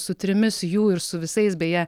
su trimis jų ir su visais beje